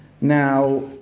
Now